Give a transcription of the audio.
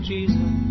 Jesus